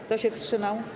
Kto się wstrzymał?